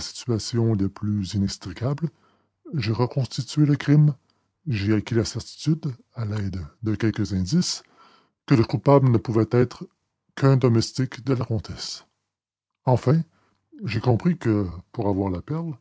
situation la plus inextricable j'ai reconstitué le crime j'ai acquis la certitude à l'aide de quelques indices que le coupable ne pouvait être qu'un domestique de la comtesse enfin j'ai compris que pour avoir la perle